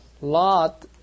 Lot